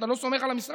אתה לא סומך על המשרד?